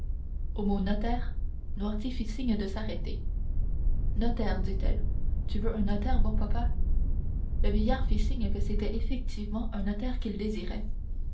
au mot notaire noirtier fit signe de s'arrêter notaire dit-elle tu veux un notaire bon papa le vieillard fit signe que c'était effectivement un notaire qu'il désirait